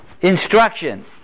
instruction